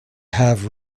have